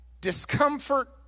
discomfort